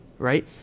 Right